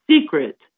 secret